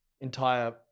entire